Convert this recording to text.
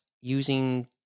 using